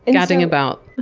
and gadding about.